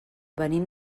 venim